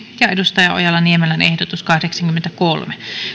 ja johanna ojala niemelän ehdotus kahdeksankymmentäkolme